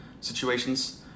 situations